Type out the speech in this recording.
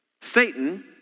Satan